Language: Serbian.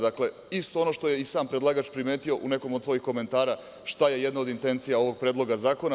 Dakle, isto ono što je i sam predlagač primetio u nekom od svojih komentara, šta je jedna od intencija ovog Predloga zakona.